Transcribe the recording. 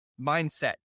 mindset